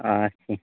اَچھا